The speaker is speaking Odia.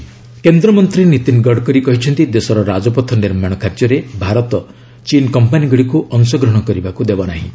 ଗଡକରୀ ଚୀନ୍ କମ୍ପାନିଜ୍ କେନ୍ଦ୍ରମନ୍ତ୍ରୀ ନୀତିନ ଗଡକରୀ କହିଛନ୍ତି ଦେଶର ରାଜପଥ ନିର୍ମାଣ କାର୍ଯ୍ୟରେ ଭାରତ ଚୀନ୍ କମ୍ପାନୀଗୁଡ଼ିକୁ ଅଂଶଗ୍ରହଣ କରିବାକୁ ଦେବନାହିଁ